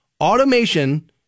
Automation